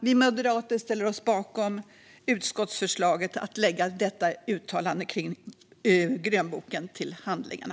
Vi moderater ställer oss bakom utskottsförslaget att lägga detta utlåtande om grönboken till handlingarna.